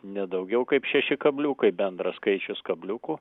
ne daugiau kaip šeši kabliukai bendras skaičius kabliukų